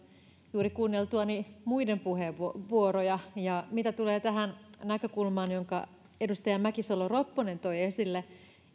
juuri kuunneltuani muiden puheenvuoroja mitä tulee tähän näkökulmaan jonka edustaja mäkisalo ropponen toi esille